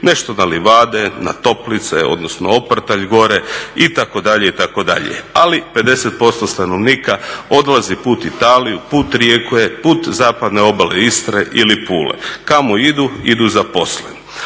nešto na Livade, na Toplice odnosno Oprtalj gore itd., itd. Ali 50% stanovnika odlazi put Italije, put Rijeke, put zapadne obale Istre ili Pule. Kamo idu? Idu za poslom.